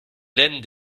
laine